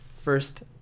first